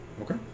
Okay